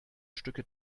stücke